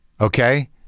okay